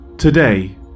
Today